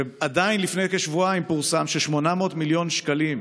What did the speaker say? ועדיין, לפני כשבועיים פורסם ש-800 מיליון שקלים,